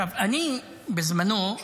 בזמנו,